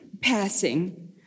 passing